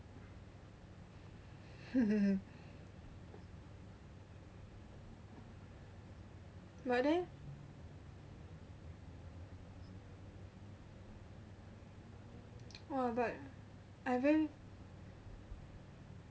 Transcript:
but then oh but I very